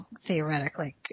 theoretically